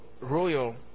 royal